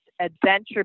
adventure